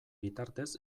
bitartez